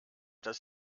das